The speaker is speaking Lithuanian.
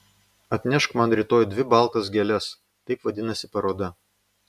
atnešk man rytoj dvi baltas gėles taip vadinasi paroda